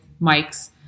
mics